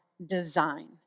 design